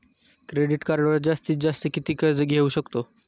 Credit कार्डवर जास्तीत जास्त किती कर्ज घेऊ शकतो?